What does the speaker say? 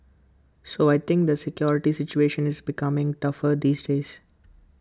so I think the security situation is becoming tougher these days